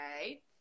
Okay